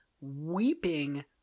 weeping